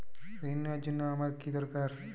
ঋণ নেওয়ার জন্য আমার কী দরকার?